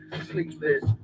sleepless